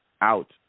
out